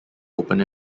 open